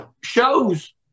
shows